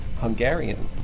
Hungarian